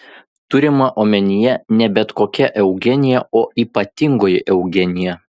turima omenyje ne bet kokia eugenija o ypatingoji eugenija